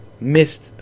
missed